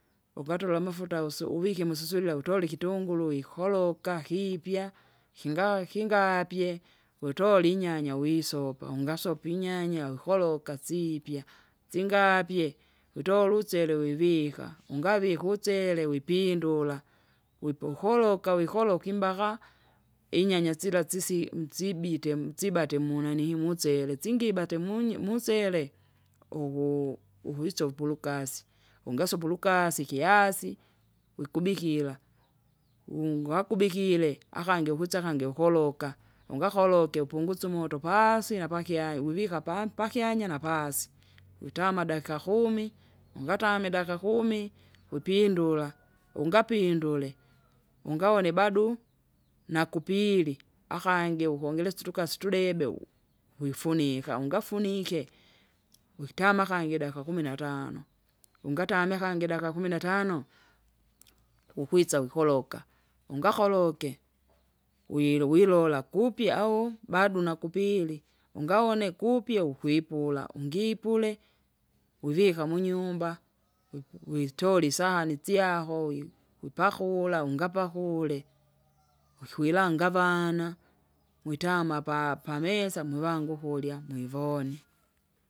ukatola amafuta uso- uvike mususulila utole ikitunguru wikoloka kiipya kingaa- kingapye kutole inyanya wisopa ungasopa inyanya ukoloka ukoloka siipya, singapye, utole usele wivika, ungavika uchele wipindula, wipu ukoloka wikoloka imbaka, inyanya sila sisi msibite msibate mnanihii musele singibate munyi- musele, uku- ukwisopa ulukasi, ungasopa ulukasi ikihasi, wikubikira, wungwa akubikire akangi ikwisa akangi ukoloka, ungakorokie upungusye umoto paasi napakyanya wivika pam- pakyanya napaasi. Witama dakika kumi, ungatame idakika kumi, wipindula, ungapindule, ungawone badu, nakupili akangi ukongelesya utukasi tudebe, u- ukwifunika ungafunike, witama kangi kaika kumi natano. Ungatamwe kangi dakika kumi na tano? ukwisa wikoloka, ungakoloke, wiru wilola kupya au badu nakupili, ungaone kupya ukwipula ungipule, wivika munyumba, wip- witole isahani syako wi- wipakula ungapakule, wikwilanga avana, mwitama apa- pamesa mwivangu ukurya mwivone.